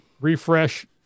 refresh